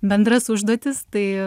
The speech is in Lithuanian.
bendras užduotis tai